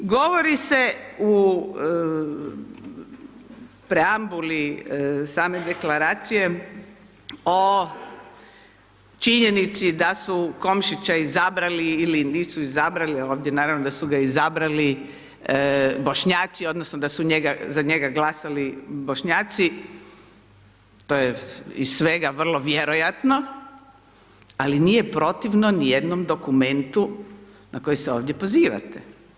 Govori se u preambuli same deklaracije o činjenici da su Komšića izabrali ili nisu izabrali, naravno da su ga izabrali Bošnjaci odnosno da su za njega glasali Bošnjaci, to je iz svega vrlo vjerojatno, ali nije protivno nijednom dokumentu na koji se ovdje pozivate.